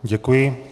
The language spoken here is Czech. Děkuji.